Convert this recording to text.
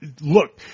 Look